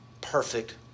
Perfect